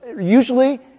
Usually